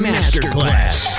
Masterclass